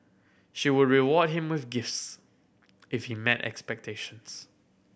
she would reward him with gifts if he met expectations